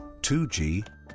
2G